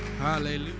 Hallelujah